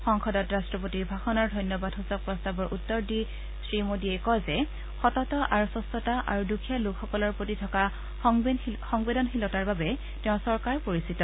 সংসদত ৰাষ্ট্ৰপতিৰ ভাষণৰ ধন্যবাদ সূচক প্ৰস্তাৱৰ উত্তৰ দি শ্ৰীমোডীয়ে কয় যে সততা আৰু স্বছতা আৰু দুখীয়া লোকসকলৰ প্ৰতি থকা সংবেদনশীলতাৰ বাবে তেওঁৰ চৰকাৰ পৰিচিত